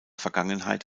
vergangenheit